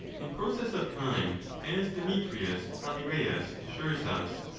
in process of time, as demetrius phalereus assures us,